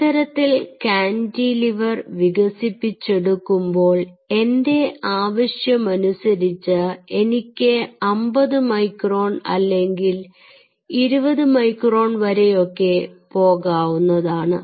ഇത്തരത്തിൽ കാന്റിലിവർ വികസിപ്പിച്ചെടുക്കുമ്പോൾ എൻറെ ആവശ്യമനുസരിച്ച് എനിക്ക് 50 മൈക്രോൺ അല്ലെങ്കിൽ 20 മൈക്രോൺ വരെയൊക്കെ പോകാവുന്നതാണ്